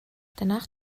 danach